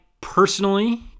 personally